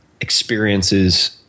experiences